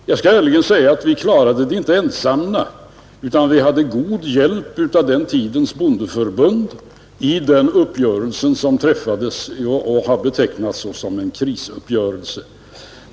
Jag skall ärligen säga att vi inte klarade det ensamma — vi hade god hjälp av den tidens bondeförbund och den uppgörelse som träffades och som har betecknats som krisuppgörelsen.